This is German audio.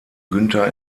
günther